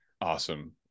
Awesome